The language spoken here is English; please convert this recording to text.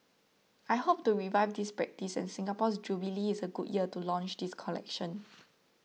I hope to revive this practice and Singapore's jubilee is a good year to launch this collection